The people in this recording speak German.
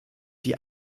die